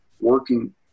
working